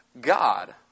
god